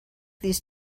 these